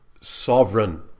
sovereign